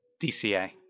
DCA